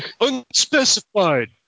Unspecified